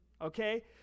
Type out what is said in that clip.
Okay